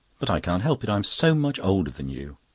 but i can't help it. i'm so much older than you.